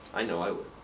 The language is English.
i know i would.